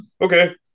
okay